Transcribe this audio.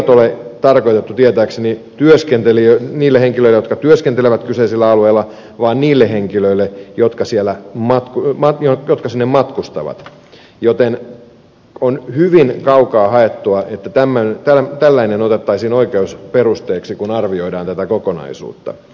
ohjeet eivät tietääkseni ole tarkoitettuja niille henkilöille jotka työskentelevät kyseisellä alueella vaan niille henkilöille jotka siellä maat burman ja jotka sinne matkustavat joten on hyvin kaukaa haettua että tällainen otettaisiin oikeusperusteeksi kun arvioidaan tätä kokonaisuutta